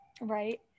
Right